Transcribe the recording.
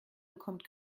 bekommt